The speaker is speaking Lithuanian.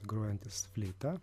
grojantis fleita